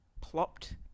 plopped